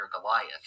Goliath